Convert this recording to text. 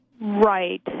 Right